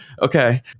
Okay